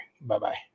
bye-bye